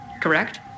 correct